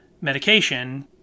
medication